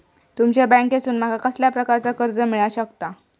तुमच्या बँकेसून माका कसल्या प्रकारचा कर्ज मिला शकता?